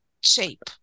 shape